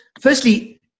firstly